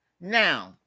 Now